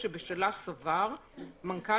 יכולנו בכלל להסתפק במתכונת ההסמכה הזו תוך השארת שיקול